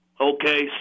Okay